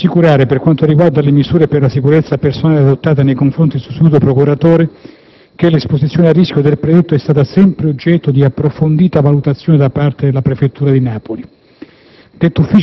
Posso assicurare, per quanto riguarda le misure per la sicurezza personale adottate nei confronti del sostituto procuratore, che l'esposizione a rischio del predetto è stata sempre oggetto di approfondita valutazione da parte della Prefettura di Napoli.